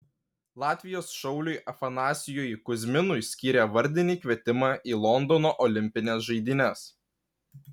latvijos šauliui afanasijui kuzminui skyrė vardinį kvietimą į londono olimpines žaidynes